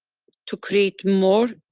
to create more,